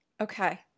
Okay